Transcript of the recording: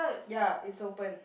ya it's open